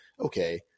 Okay